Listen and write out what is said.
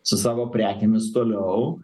su savo prekėmis toliau